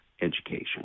education